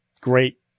great